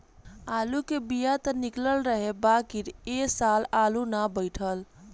आलू के बिया त निकलल रहे बाकिर ए साल आलू ना बइठल